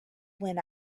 when